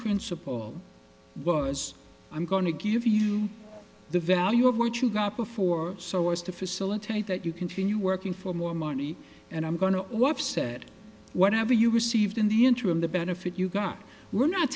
principle was i'm going to give you the value of what you got before so as to facilitate that you continue working for more money and i'm going to offset whatever you received in the interim the benefit you got we're not